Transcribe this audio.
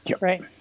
Right